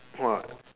!wah!